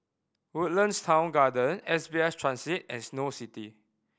Woodlands Town Garden S B S Transit and Snow City